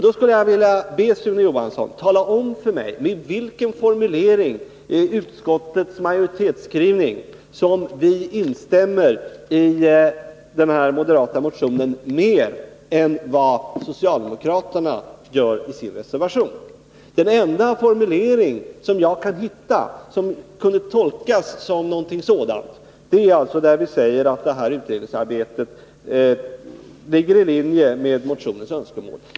Då skulle jag vilja be Sune Johansson att tala om för mig med vilken formulering i utskottsmajoritetens skrivning som vi instämmer i den moderata motionen mer än vad socialdemokraterna gör i sin reservation. Nr 36 Den enda formulering som jag kan hitta som kunde tolkas som ett instämmande är där vi säger att utredningsarbetet ligger i linje med motionens önskemål.